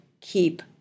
keep